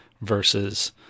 versus